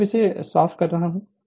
मैं अब इसे साफ कर रहा हूं